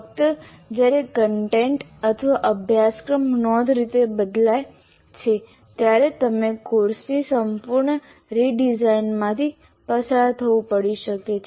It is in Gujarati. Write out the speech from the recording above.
ફક્ત જ્યારે કન્ટેન્ટ અથવા અભ્યાસક્રમ નોંધપાત્ર રીતે બદલાય છે ત્યારે તમારે કોર્સની સંપૂર્ણ રીડિઝાઇનમાંથી પસાર થવું પડી શકે છે